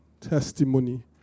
testimony